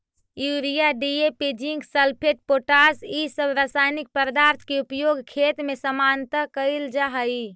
urea, DAP, zinc sulphate, potash इ सब रसायनिक पदार्थ के उपयोग खेत में सामान्यतः कईल जा हई